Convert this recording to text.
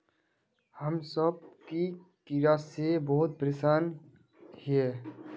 हम सब की कीड़ा से बहुत परेशान हिये?